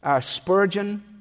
Spurgeon